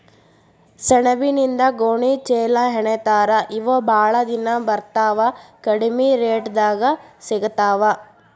ಸೆಣಬಿನಿಂದ ಗೋಣಿ ಚೇಲಾಹೆಣಿತಾರ ಇವ ಬಾಳ ದಿನಾ ಬರತಾವ ಕಡಮಿ ರೇಟದಾಗ ಸಿಗತಾವ